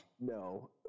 No